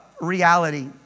reality